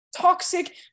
Toxic